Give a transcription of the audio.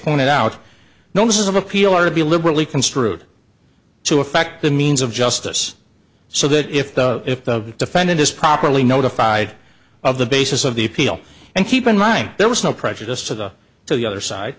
pointed out notices of appeal are to be liberally construed to affect the means of justice so that if the if the defendant is properly notified of the basis of the appeal and keep in mind there was no prejudice to the to the other side